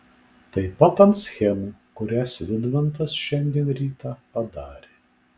taip pat ant schemų kurias vidmantas šiandien rytą padarė